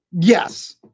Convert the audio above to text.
yes